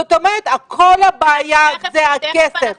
זאת אומרת, כל הבעיה זה הכסף.